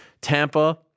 Tampa